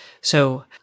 So-